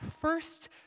first